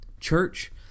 Church